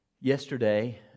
Yesterday